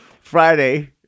Friday